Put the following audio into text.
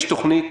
יש תוכנית